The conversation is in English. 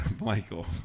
Michael